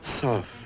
soft